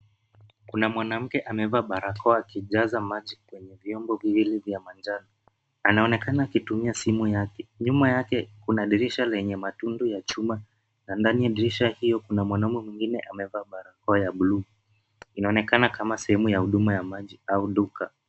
Kuna mwanamke amevaa barakoa ya akijaza maji kwenye vyombo viwili vya manjano. Anaonekana akitumia simu yake. Nyuma yake kuna dirisha lenye matundu ya chuma, na ndani ya dirisha hiyo kuna mwanaume mwingine amevaa barakoa ya bluu. Inaonekana kama sehemu ya huduma ya maji au duka.